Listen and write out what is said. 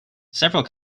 several